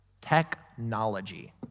Technology